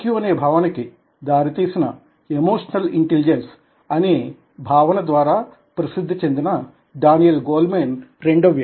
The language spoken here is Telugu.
అనే భావనకి దారి తీసిన ఎమోషనల్ ఇంటెలిజెన్స్ అనే భావన ద్వారా ప్రసిద్ది చెందిన డానియల్ గోల్మేన్ రెండవ వ్యక్తి